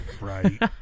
Right